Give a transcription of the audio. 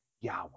Yahweh